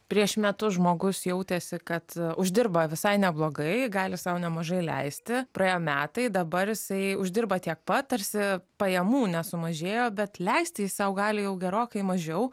prieš metus žmogus jautėsi kad uždirba visai neblogai gali sau nemažai leisti praėjo metai dabar jisai uždirba tiek pat tarsi pajamų nesumažėjo bet leisti sau gali jau gerokai mažiau